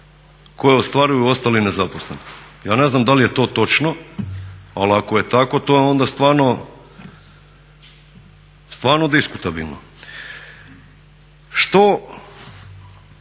koje ostvaruju ostali nezaposleni. Ja ne znam da li je to točno, ali ako je tako to je onda stvarno diskutabilno.